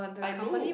I know